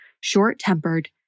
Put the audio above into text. short-tempered